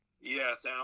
Yes